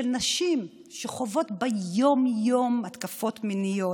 של נשים שחוות ביום-יום התקפות מיניות,